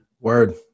Word